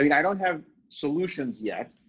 mean, i don't have solutions yet.